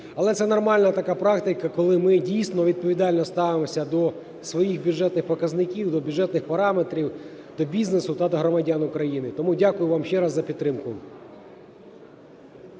Але це нормальна така практика, коли ми дійсно відповідально ставимося до своїх бюджетних показників, до бюджетних параметрів, до бізнесу та до громадян України. Тому дякую вам ще раз за підтримку.